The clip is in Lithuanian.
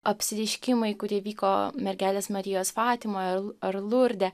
apsireiškimai kurie įvyko mergelės marijos fatimoje ar ar lurde